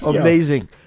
Amazing